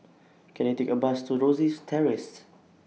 Can I Take A Bus to Rosyth Terrace